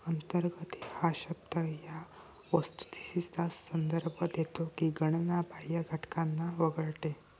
अंतर्गत हा शब्द या वस्तुस्थितीचा संदर्भ देतो की गणना बाह्य घटकांना वगळते